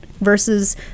Versus